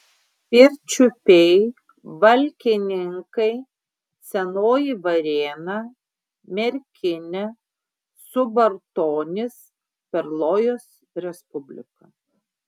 pirčiupiai valkininkai senoji varėna merkinė subartonys perlojos respublika